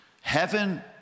heaven